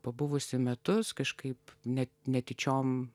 pabuvusi metus kažkaip net netyčiom